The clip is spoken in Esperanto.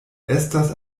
estas